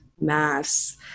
mass